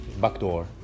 Backdoor